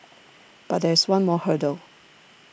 but there is one more hurdle